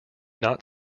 not